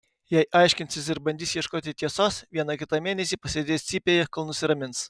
jei aiškinsis ir bandys ieškoti tiesos vieną kitą mėnesį pasėdės cypėje kol nusiramins